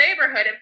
neighborhood